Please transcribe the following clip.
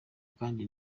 kandi